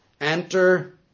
enter